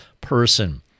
person